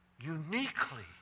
uniquely